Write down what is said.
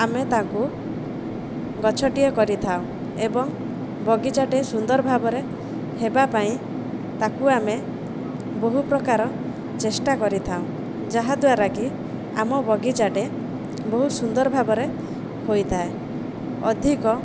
ଆମେ ତାକୁ ଗଛଟିଏ କରିଥାଉ ଏବଂ ବଗିଚାଟେ ସୁନ୍ଦର ଭାବରେ ହେବା ପାଇଁ ତାକୁ ଆମେ ବହୁପ୍ରକାର ଚେଷ୍ଟା କରିଥାଉ ଯାହାଦ୍ଵାରା କି ଆମ ବଗିଚାଟେ ବହୁ ସୁନ୍ଦର ଭାବରେ ହୋଇଥାଏ ଅଧିକ